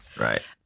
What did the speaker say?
Right